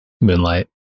Moonlight